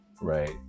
right